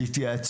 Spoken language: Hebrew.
תעשו